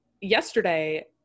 yesterday